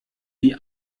die